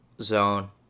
zone